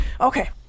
Okay